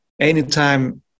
anytime